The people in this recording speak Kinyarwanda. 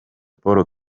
paul